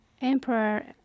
emperor